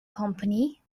company